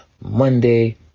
Monday